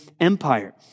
Empire